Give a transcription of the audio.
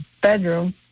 bedroom